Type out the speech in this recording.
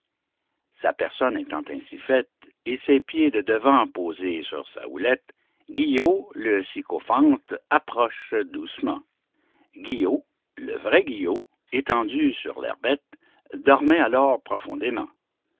sa personne étant ainsi faite et ses pieds de devant posés sur sa houlette guillot le sycophante approche doucement guillot le vrai guillot étendu sur l'herbette dormait alors profondément